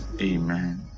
Amen